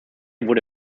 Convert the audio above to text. wurde